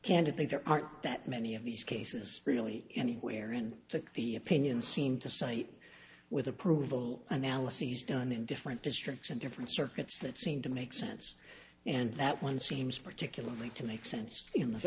candidly there aren't that many of these cases really anywhere in the the opinion seem to cite with approval analyses done in different districts and different circuits that seem to make sense and that one seems particularly to make sense in the